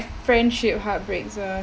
friendship heartbreaks are